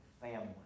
family